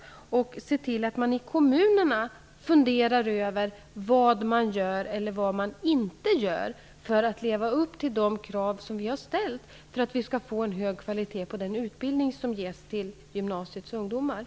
Vi måste se till att man i kommunerna funderar över vad man gör eller vad man inte gör för att leva upp till de krav som vi har ställt för att få hög kvalitet på den utbildning som ges till ungdomarna på gymnasiet.